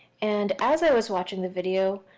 and as i was watching the video,